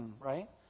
Right